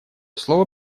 слово